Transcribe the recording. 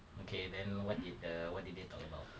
okay then what did the what did they talk about